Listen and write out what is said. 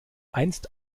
einst